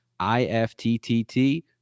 IFTTT